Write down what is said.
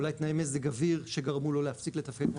אולי תנאי מזג האוויר שגרמו לו להפסיק לתפקד כמו